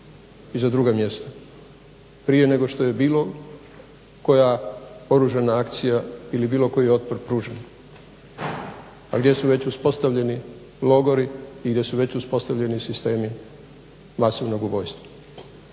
i za druga mjesta. Prije nego što je bilo koja oružana akcija ili bilo koji otpor pružen, a gdje su već uspostavljeni logori i gdje su već uspostavljeni sistemi masovnog ubojstva.